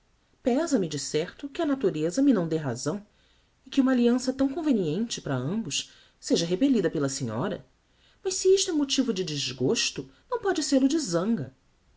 a natureza me não dê razão e que uma alliança tão conveniente para ambos seja repellida pela senhora mas se isto é motivo de desgosto não pode sel-o